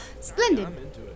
Splendid